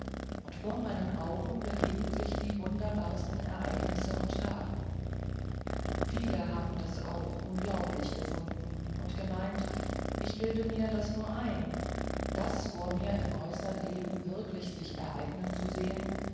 und vor meinen augen begeben sich die wunderbarsten ereignisse und taten viele haben das auch unglaublich gefunden und gemeint ich bilde mir nur ein das vor mir im äußern leben wirklich sich ereignen zu sehen